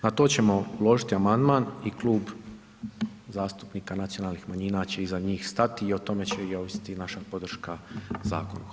Na to ćemo uložiti amandman i Klub zastupnika nacionalnih manjina će iza njih stati i o tome će ovisiti i naša podrška zakonu.